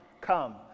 come